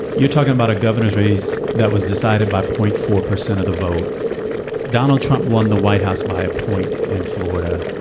you're talking about a governor's race that was decided by point four percent of the vote donald trump won the white house by a point in florida.